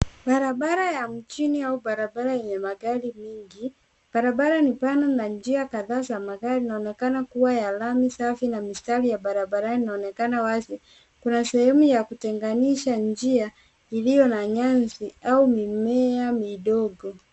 Barabara ya mjini au barabara yenye magari mingi, barabara ni pana na njia kadhaa za magari zinaonekana kua ya lami safi na mistariya barabara inaonekana wazi, kuna sehemu ya kutenganisha njia iliyo na nyasi au mimea midogo.